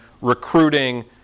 recruiting